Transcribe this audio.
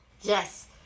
Yes